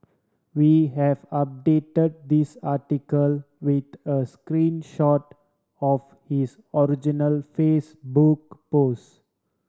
we have update this article with a screen shot of his original Facebook pose